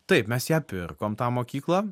taip mes ją pirkom tą mokyklą